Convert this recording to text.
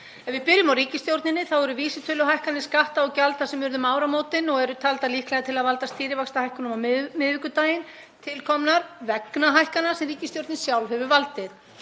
Ef við byrjum á ríkisstjórninni eru vísitöluhækkanir skatta og gjalda sem urðu um áramótin og eru taldar líklegar til að valda stýrivaxtahækkunum á miðvikudaginn til komnar vegna hækkana sem ríkisstjórnin sjálf hefur valdið.